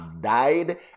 died